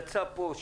יצא פה,